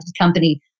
company